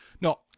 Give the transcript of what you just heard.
No